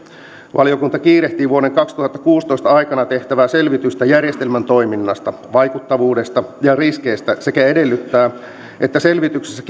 valiokunta kiirehtii vuoden kaksituhattakuusitoista aikana tehtävää selvitystä järjestelmän toiminnasta vaikuttavuudesta ja riskeistä sekä edellyttää että selvityksessä